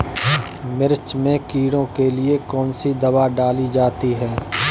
मिर्च में कीड़ों के लिए कौनसी दावा डाली जाती है?